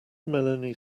melanie